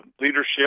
leadership